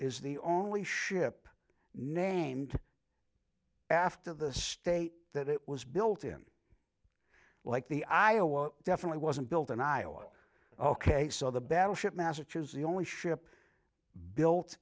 is the only ship named after the state that it was built in like the iowa definitely wasn't built in iowa ok so the battleship massachusetts the only ship built